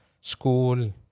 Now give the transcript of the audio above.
school